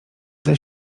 dla